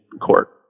court